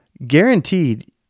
Guaranteed